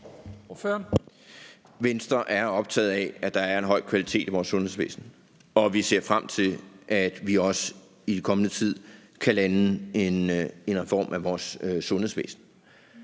Venstre er optaget af, at der er en høj kvalitet i vores sundhedsvæsen, og vi ser frem til, at vi også i den kommende tid kan lande en reform af vores sundhedsvæsen.